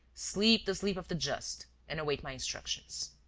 sleep the sleep of the just and await my instructions.